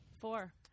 Four